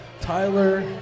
Tyler